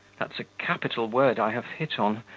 that's a capital word i have hit on.